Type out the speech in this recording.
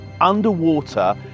underwater